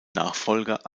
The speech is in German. nachfolger